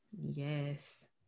Yes